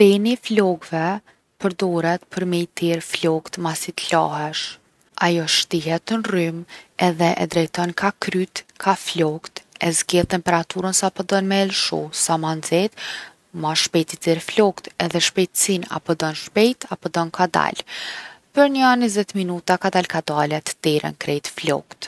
Ajo shtihet n’rrymë edhe e drejton ka kryt, ka flokt, e zgedh temperaturën sa po don me lshu. Sa ma nxeht ma shpejt i ter flokt. Edhe shpejtsinë, a po don shpejt a po don kadal. Për njo 20 minuta kadal kadale t’teren krejt flokt.